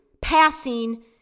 passing